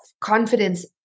confidence